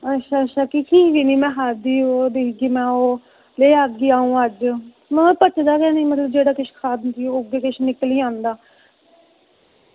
अच्छा अच्छा किस चीज़ कन्नै खानी ओह् दिक्खगी ओह् खाह्गे खाह्गे ढलदा गै निं किश जे किश बी खाह्गी ते ओह् निकली जंदा